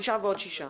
שישה ועוד שישה.